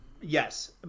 Yes